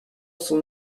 son